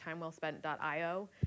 timewellspent.io